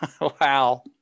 wow